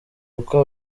uko